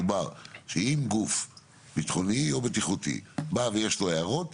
מדובר שאם גוף ביטחוני או בטיחותי בא ויש לו הערות,